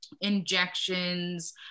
injections